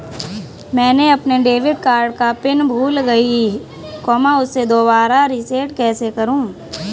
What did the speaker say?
मैंने अपने debit card का पिन भूल गई, उसे दोबारा रीसेट कैसे करूँ?